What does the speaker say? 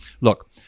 look